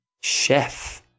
chef